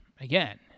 Again